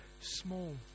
small